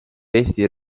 eesti